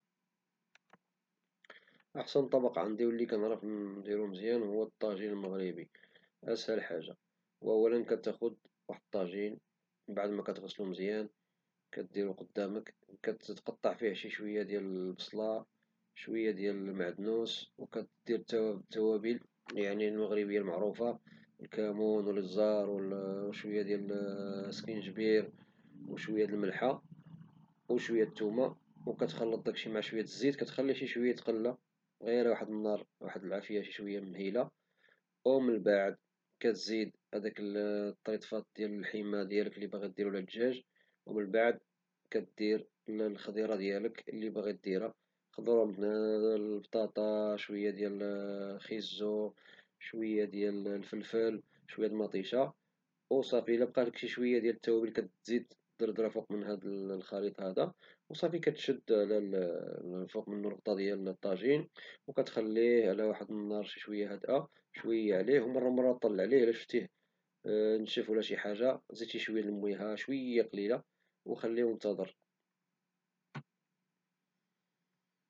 أفضل طبق عندي ولي كنعرف نديرو مزيان هو الطاجين المغربي، أسهل حاجة، أولا كتاخذ واحد الطاجين من بعد مكتغسلو مزيان كديرو قدامك وتقطع فيه شوية ديال البصلة والمعدنوس وكتزيد التوابل، يعني الكامون الابزار وشوية ديال سكينجبير وشوية د الملحة وشوية ديال الثومة وبقا كتخلط مع شوية د الزيت وكتخليه شوية فوق العافية شوية مهيلة كيتقلى ومن بعد كدزيد الطريفات د اللحم أو الدجاج ومن بعد كدير الخضيرة ديالك لي باغي ديرها البطاطا شوية ديال خيزو شوية د الفلفل شوية د مطيشة، وإذا بقالك شي شوية د التوابل كتزيد دردرها فوق الخليط هذا وصافي كتشد الطاجين بالغطاء ديالو وكتخليه على واحد النار هادئة بشوية عليه، ومرة مرة طلل عليه باش إذا شفتيه نشف زيد عليه شوية د الماء وخليه وانتظر.